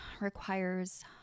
requires